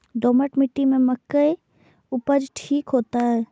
दोमट मिट्टी में मक्के उपज ठीक होते?